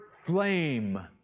flame